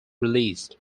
released